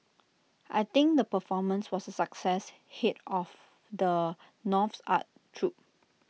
I think the performance was A success Head of the North's art troupe